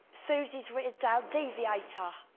susie's written down deviator